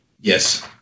Yes